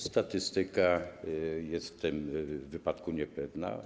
Statystyka jest w tym wypadku niepewna.